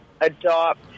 adopt